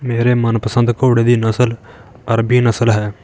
ਮੇਰੇ ਮਨਪਸੰਦ ਘੋੜੇ ਦੀ ਨਸਲ ਅਰਬੀ ਨਸਲ ਹੈ